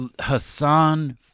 Hassan